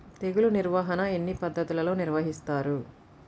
తెగులు నిర్వాహణ ఎన్ని పద్ధతులలో నిర్వహిస్తారు?